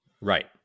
Right